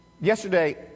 Yesterday